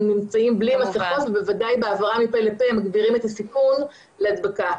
הם בלי מסכות ובוודאי בהעברה מפה לפה הם מגבירים את הסיכון להדבקה.